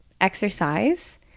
exercise